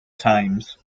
times